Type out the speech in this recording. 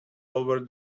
over